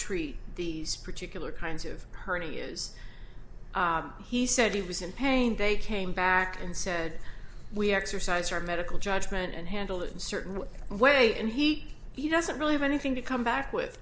treat these particular kinds of hernias he said he was in pain they came back and said we exercise our medical judgment and handle it in certain way and he he doesn't really have anything to come back with